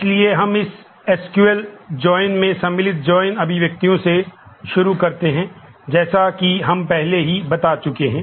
इसलिए हम SQL join अभिव्यक्तियों से शुरू करते हैं जैसा कि हम पहले ही बता चुके हैं